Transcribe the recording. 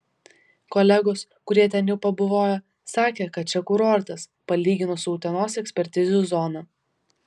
kolegos kurie ten jau pabuvojo sakė kad čia kurortas palyginus su utenos ekspertizių zona